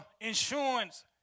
insurance